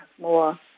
more